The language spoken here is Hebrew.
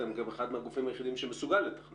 אתם גם אחד מהגופים היחידים שמסוגל לתכנן